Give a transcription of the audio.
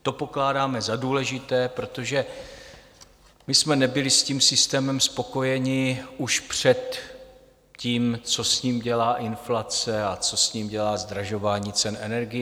To pokládáme za důležité, protože my jsme nebyli s tím systémem spokojeni už předtím, co s ním dělá inflace a co s ním dělá zdražování cen energií.